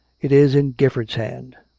it is in gifford's hand!